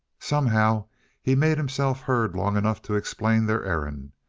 somehow he made himself heard long enough to explain their errand,